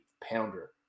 pounder